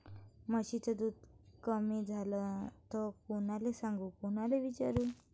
म्हशीचं दूध कमी झालं त कोनाले सांगू कोनाले विचारू?